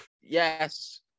Yes